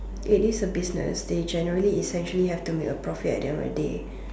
it is a business they generally essentially have to make a profit at the end of the day